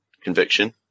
conviction